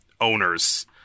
owners